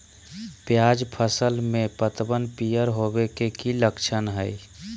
प्याज फसल में पतबन पियर होवे के की लक्षण हय?